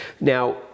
now